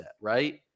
right